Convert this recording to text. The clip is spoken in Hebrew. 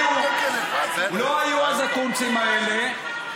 לא היו אז הקונצים האלה,